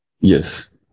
Yes